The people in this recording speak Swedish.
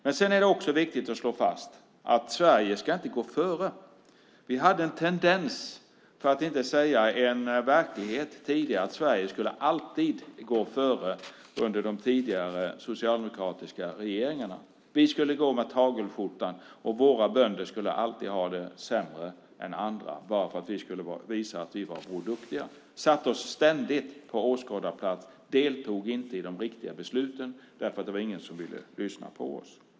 Sedan är det viktigt att slå fast att Sverige inte ska gå före. Vi hade under de tidigare socialdemokratiska regeringarna en tendens att vilja att Sverige alltid skulle gå före. Vi skulle gå med tagelskjortan, och våra bönder skulle alltid ha det sämre än andra, bara för att vi ville visa att vi var så duktiga. Vi satte oss ständigt på åskådarplats och deltog inte i de riktiga besluten, för det var ingen som ville lyssna på oss.